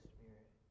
Spirit